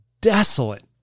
desolate